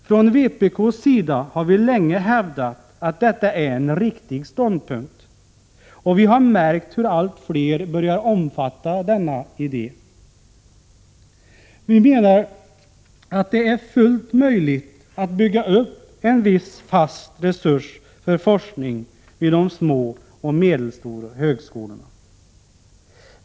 Från vpk:s sida har vi länge hävdat att detta är en riktig ståndpunkt, och vi har märkt hur allt fler börjar omfatta denna idé. Vi menar att det är fullt möjligt att bygga upp en viss fast resurs för forskning vid de små och medelstora högskolorna.